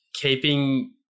keeping